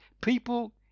people